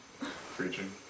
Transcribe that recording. Preaching